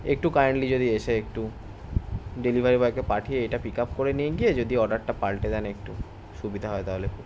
একটু কাইন্ডলি যদি এসে একটু ডেলিভারি বয়কে পাঠিয়ে এটা পিক আপ করে নিয়ে গিয়ে যদি অর্ডারটা পালটে দেন একটু সুবিধা হয় তাহলে খুব